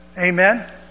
Amen